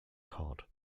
cod